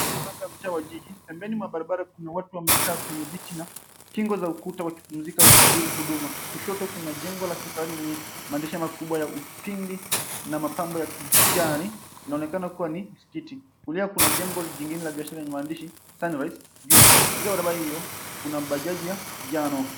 Ni mambo ya mtaa wa jiji. Pembeni mwa barabara kuna watu wamekaa kwenye viti na kingo za ukuta wakipumzika wakisubiri huduma. Kushoto kuna jengo la kifahari lenye maandishi makubwa ya upindi na mapambo ya kijani. Inaonekana kuwa ni msikiti. Kulia kuna jengo lingine la biashara lenye maandishi, Sunrise juu. Katika barabara hiyo kuna bajaji ya jano.